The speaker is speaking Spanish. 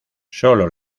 sólo